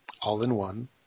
all-in-one